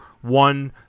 one